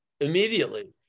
immediately